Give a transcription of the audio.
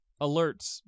alerts